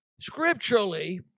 scripturally